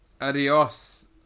adios